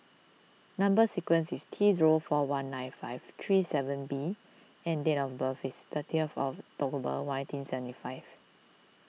Number Sequence is T zero four one nine five three seven B and date of birth is thirty of October nineteen seventy five